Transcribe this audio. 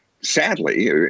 sadly